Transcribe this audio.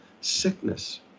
sickness